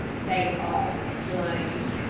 they all exclaimed.